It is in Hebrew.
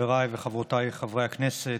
חבריי וחברותיי חברי הכנסת,